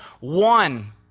one